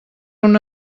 una